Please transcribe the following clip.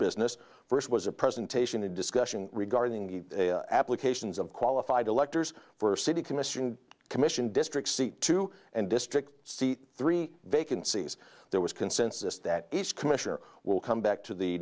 business first was a presentation a discussion regarding the applications of qualified electors for a city commission commission district seat two and district seat three vacancies there was consensus that each commissioner will come back to the